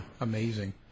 amazing